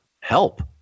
help